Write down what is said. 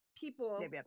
people